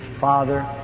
Father